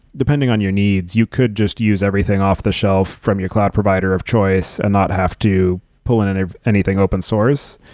depending on your needs, you could just use everything off-the-shelf from your cloud provider of choice and not have to pull in and ah anything open source.